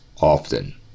often